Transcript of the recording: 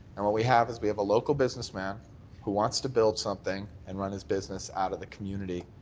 and what we have is we have a local businessman who wants to build something and run his business out of the community